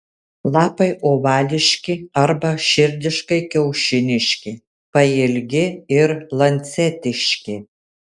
lapai ovališki arba širdiškai kiaušiniški pailgi ir lancetiški